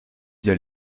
via